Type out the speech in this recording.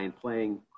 playing